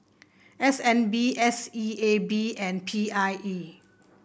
S N B S E A B and P I E